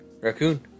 Raccoon